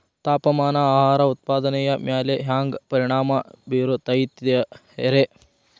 ತಾಪಮಾನ ಆಹಾರ ಉತ್ಪಾದನೆಯ ಮ್ಯಾಲೆ ಹ್ಯಾಂಗ ಪರಿಣಾಮ ಬೇರುತೈತ ರೇ?